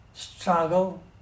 struggle